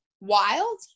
Wild